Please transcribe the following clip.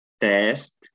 test